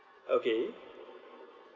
okay